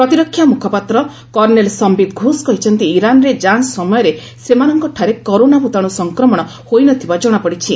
ପ୍ରତିରକ୍ଷା ମ୍ରଖପାତ୍ର କର୍ଷେଲ ସମ୍ଧିତ ଘୋଷ କହିଛନ୍ତି ଇରାନ୍ରେ ଯାଞ୍ଚ ସମୟରେ ସେମାନଙ୍କଠାରେ କରୋନା ଭୂତାଣୁ ସଂକ୍ରମଣ ହୋଇନଥିବା ଜଣାପଡିଛି